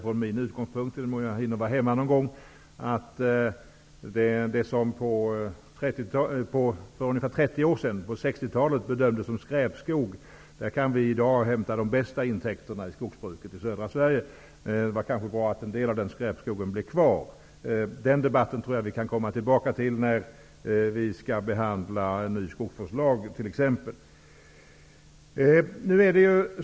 Från min utgångspunkt kan jag konstatera -- i den mån jag någon gång är hemma -- att det som för 30 år sedan, på 60-talet, bedömdes som skräpskog i södra Sverige i dag ger de bästa intäkterna i skogsbruket. Det var kanske bra att en del av den skräpskogen blev kvar. Vi kan komma tillbaka till den debatten t.ex. när vi skall behandla en ny skogsvårdslag.